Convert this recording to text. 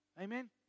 Amen